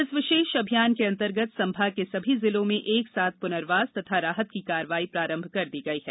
इस विशेष अभियान के अंतर्गत संभाग के समी जिलों में एक साथ पुनर्वास तथा राहत की कार्रवाई प्रारंभ कर दी गई है